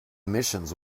omissions